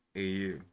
AU